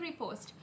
repost